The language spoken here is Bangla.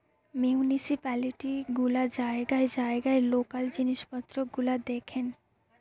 মিউনিসিপালিটি গুলা জায়গায় জায়গায় লোকাল জিনিস পত্র গুলা দেখেন